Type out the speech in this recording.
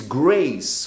grace